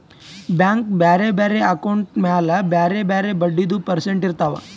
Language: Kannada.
ಬ್ಯಾಂಕ್ ಬ್ಯಾರೆ ಬ್ಯಾರೆ ಅಕೌಂಟ್ ಮ್ಯಾಲ ಬ್ಯಾರೆ ಬ್ಯಾರೆ ಬಡ್ಡಿದು ಪರ್ಸೆಂಟ್ ಇರ್ತಾವ್